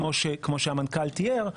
כמו שהמנכ"ל תיאר ,